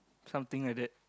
something like that